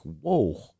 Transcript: Whoa